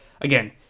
again